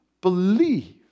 believe